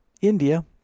India